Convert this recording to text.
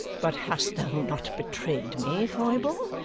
but hast thou not betrayed me, foible?